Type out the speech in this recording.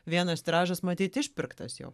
vienas tiražas matyt išpirktas jau